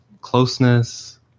closeness